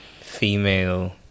female